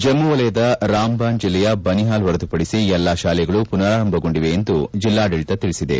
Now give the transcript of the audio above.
ಜಮ್ನ ವಲಯದ ರಾಮ್ಬಾನ್ ಜಿಲ್ಲೆಯ ಬನಿಹಾಲ್ನಲ್ಲಿ ಹೊರತುಪಡಿಸಿ ಎಲ್ಲಾ ಶಾಲೆಗಳು ಪುನಾರಂಭಗೊಂಡಿವೆ ಎಂದು ಜಿಲ್ಲಾಡಳತ ತಿಳಿಸಿದೆ